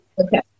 okay